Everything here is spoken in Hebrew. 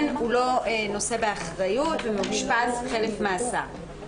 הוא לא נושא באחריות ומאושפז חלף מאסר.